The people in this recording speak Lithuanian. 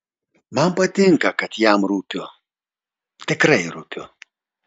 man patinka kad jam rūpiu tikrai rūpiu